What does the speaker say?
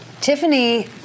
Tiffany